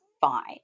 fine